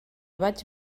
vaig